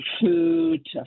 food